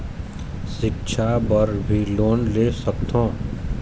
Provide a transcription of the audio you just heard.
सिक्छा बर भी लोन ले सकथों?